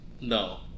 no